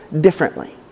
differently